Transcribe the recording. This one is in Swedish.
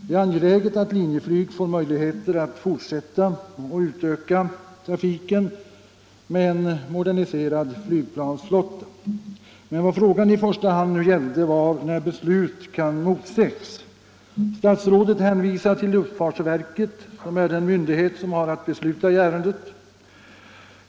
Det är angeläget att Linjeflyg får möjligheter att fortsätta och utöka trafiken med en moderniserad flygplansflotta. Men vad frågan nu i första hand gällde var när beslut kan motses. Statsrådet hänvisar till luftfartsverket, som är den myndighet som har att besluta i ärendet.